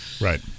right